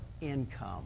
income